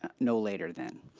ah no later than.